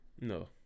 No